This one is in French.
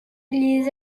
les